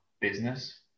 business